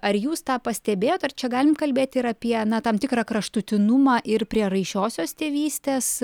ar jūs tą pastebėjot ar čia galim kalbėti ir apie tam tikrą kraštutinumą ir prieraišiosios tėvystės